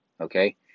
okay